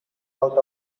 out